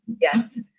Yes